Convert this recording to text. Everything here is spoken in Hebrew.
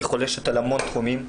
היא חולשת על המון תחומים,